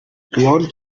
خیال